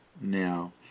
Now